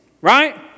right